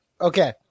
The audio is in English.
Okay